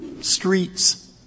streets